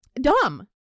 dumb